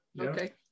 Okay